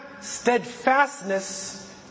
steadfastness